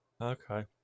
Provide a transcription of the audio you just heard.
Okay